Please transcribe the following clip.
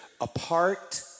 Apart